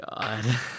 God